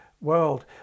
World